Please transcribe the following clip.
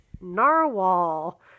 narwhal